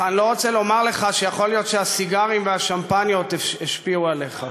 אני לא רוצה לומר לך שיכול להיות שהסיגרים והשמפניות השפיעו עליך.